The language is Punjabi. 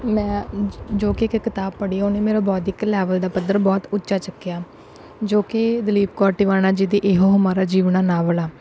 ਮੈਂ ਜੋ ਕਿ ਇੱਕ ਕਿਤਾਬ ਪੜ੍ਹੀ ਉਹਨੇ ਮੇਰਾ ਬੋਧਿਕ ਲੈਵਲ ਦਾ ਪੱਧਰ ਬਹੁਤ ਉੱਚਾ ਚੁੱਕਿਆ ਜੋ ਕਿ ਦਲੀਪ ਕੌਰ ਟਿਵਾਣਾ ਜੀ ਦੀ ਇਹੋ ਹਮਾਰਾ ਜੀਵਣਾ ਨਾਵਲ ਆ